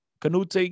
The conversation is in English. Canute